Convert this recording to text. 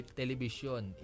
television